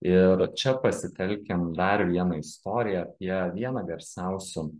ir čia pasitelkim dar vieną istoriją apie vieną garsiausių